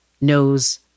knows